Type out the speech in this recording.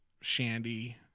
shandy